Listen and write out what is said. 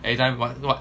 everytime [what] do what